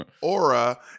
Aura